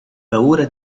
paura